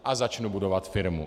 A začnu budovat firmu.